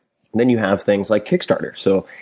then you have things like kickstarter. so,